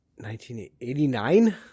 1989